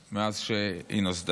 מאז שהיא נוסדה.